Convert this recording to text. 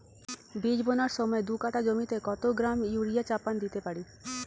বীজ বোনার সময় দু কাঠা জমিতে কত গ্রাম ইউরিয়া চাপান দিতে পারি?